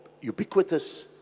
ubiquitous